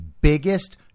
biggest